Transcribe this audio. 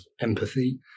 empathy